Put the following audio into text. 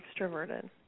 extroverted